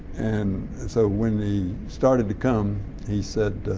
and so when he started to come he said,